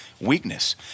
weakness